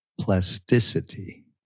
plasticity